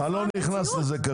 אני לא נכנס לזה.